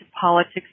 politics